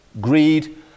greed